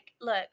look